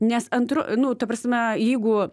nes antru nu ta prasme jeigu